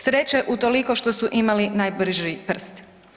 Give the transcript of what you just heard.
Sreće utoliko što su imali najbrži prst.